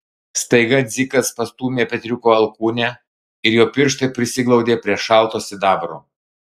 staiga dzikas pastūmė petriuko alkūnę ir jo pirštai prisiglaudė prie šalto sidabro